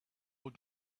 one